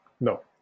No